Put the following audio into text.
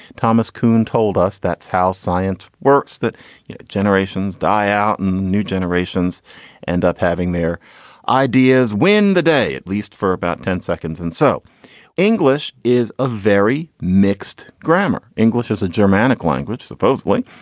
thomas kuhn told us, that's how science works, that you know generations die out and new generations end up having their ideas win the day, at least for about ten seconds. and so english is a very mixed grammar. english is a germanic language. supposedly,